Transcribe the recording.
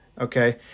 Okay